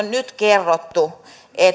nyt kerrottu